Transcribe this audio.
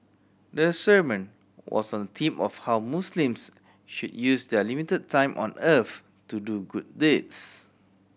the sermon was on the theme of how Muslims should use their limited time on earth to do good deeds